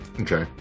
Okay